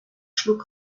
schlug